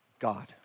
God